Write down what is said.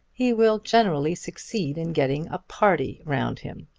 he will generally succeed in getting a party round him.